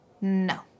No